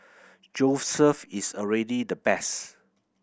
Joseph is already the best